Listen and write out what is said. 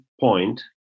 point